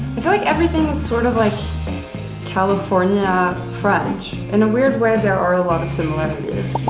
i feel like everything's sort of like california french. in a weird way, there are a lot of similarities.